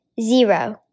Zero